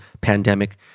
pandemic